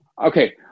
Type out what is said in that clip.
Okay